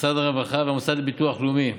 משרד הרווחה והמוסד לביטוח לאומי,